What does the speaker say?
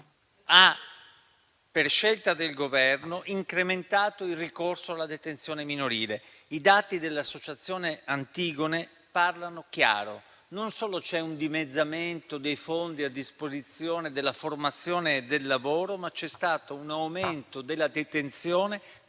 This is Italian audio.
per scelta del Governo, ha incrementato il ricorso alla detenzione minorile. I dati dell'associazione Antigone parlano chiaro: non solo c'è un dimezzamento dei fondi a disposizione della formazione e del lavoro, ma c'è stato un aumento della detenzione